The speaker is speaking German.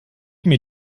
mir